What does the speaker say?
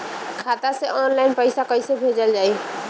खाता से ऑनलाइन पैसा कईसे भेजल जाई?